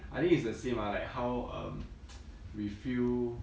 I think it's the same ah like how um we feel